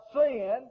sin